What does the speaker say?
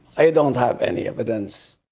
i don't have any evidence.